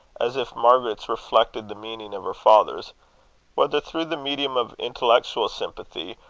as if margaret's reflected the meaning of her father's whether through the medium of intellectual sympathy,